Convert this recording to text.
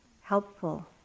helpful